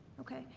okay.